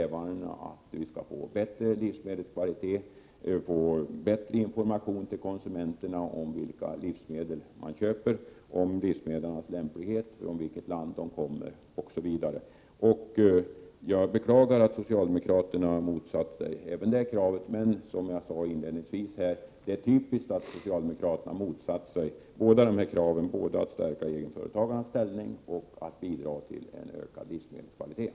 1987/88:124 åstadkomma bättre livsmedelskvalitet och bättre information till konsumen 20 maj 1988 terna om livsmedlens lämplighet, vilket land de kommer från, osv. Jag” beklagar att socialdemokraterna motsatt sig även det kravet. Men, som jag inledningsvis sade: Det är typiskt att socialdemokraterna motsatt sig både att stärka egenföretagarnas ställning och att bidra till en ökad livsmedelskvalitet.